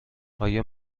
آیا